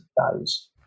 values